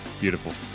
Beautiful